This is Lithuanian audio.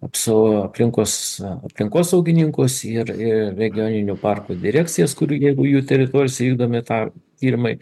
aplinkos aplinkosaugininkus ir regioninių parkų direkcijas kuri jeigu jų teritorijose vykdome tą tyrimai